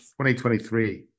2023